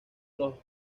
los